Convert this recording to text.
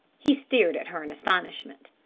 he stared at her in astonishment.